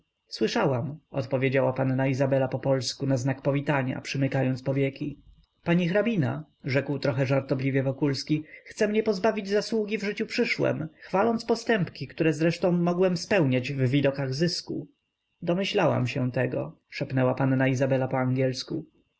słyszałam odpowiedziała panna izabela po polsku na znak powitania przymykając powieki pani hrabina rzekł trochę żartobliwie wokulski chce mnie pozbawić zasługi w życiu przyszłem chwaląc postępki które zresztą mogłem spełniać w widokach zysku domyślałam się tego szepnęła panna izabela po angielsku